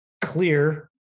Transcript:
clear